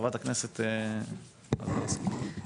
חברת הכנסת מזרסקי, בבקשה.